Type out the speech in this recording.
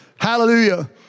Hallelujah